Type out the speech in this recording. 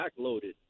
backloaded